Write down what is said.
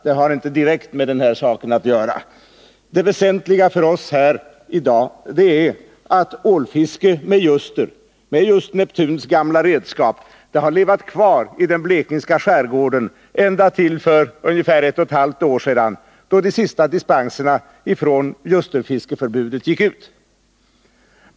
Det har inte direkt med den här saken att göra. Det väsentliga för oss här i dag är att ålfiske med ljuster, med just Neptuni gamla redskap, har levat kvar i den blekingska skärgården ända till för ungefär ett och ett halvt år sedan, då de sista dispenserna från ljusterfiskeförbudet gick ut.